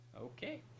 Okay